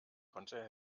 konnte